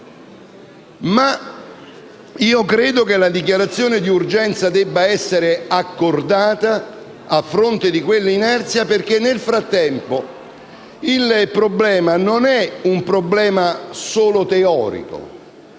Ma io credo che la dichiarazione d'urgenza debba essere accordata a fronte di quell'inerzia perché, nel frattempo, il problema non è più solo teorico